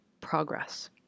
progress